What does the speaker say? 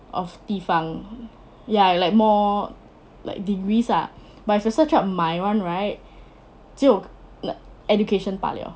of 地方 ya like more like degrees ah but if you search out my [one] right 只有 like education 罢了